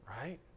Right